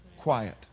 Quiet